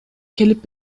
келип